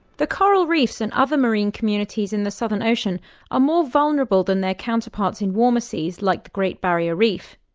the coral reefs and other marine communities in the southern ocean are more vulnerable than their counterparts in warmer seas like the great barrier reef.